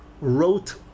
wrote